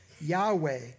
Yahweh